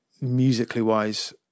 musically-wise